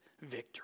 victory